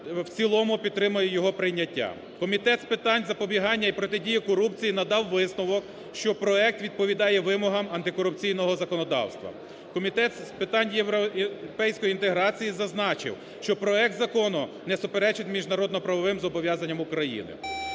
в цілому підтримає його прийняття. Комітет з питань запобігання і протидії корупції надав висновок, що проект відповідає вимогам антикорупційного законодавства. Комітет з питань європейської інтеграції зазначив, що проект закону не суперечить міжнародно-правовим зобов'язанням України.